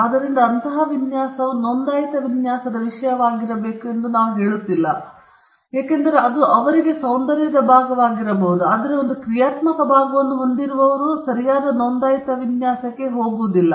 ಆದ್ದರಿಂದ ಅಂತಹ ವಿನ್ಯಾಸವು ನೋಂದಾಯಿತ ವಿನ್ಯಾಸದ ವಿಷಯವಾಗಿರಬೇಕು ಎಂದು ನಾವು ಹೇಳುತ್ತಿಲ್ಲ ಏಕೆಂದರೆ ಅದು ಅವರಿಗೆ ಸೌಂದರ್ಯದ ಭಾಗವಾಗಿರಬಹುದು ಆದರೆ ಒಂದು ಕ್ರಿಯಾತ್ಮಕ ಭಾಗವನ್ನು ಹೊಂದಿರುವವರು ಸರಿಯಾದ ನೋಂದಾಯಿತ ವಿನ್ಯಾಸಕ್ಕೆ ಹೋಗುವುದಿಲ್ಲ